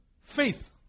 faith